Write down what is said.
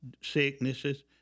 sicknesses